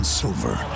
silver